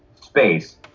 space